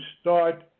start